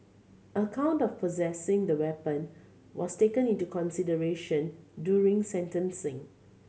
a count of possessing the weapon was taken into consideration during sentencing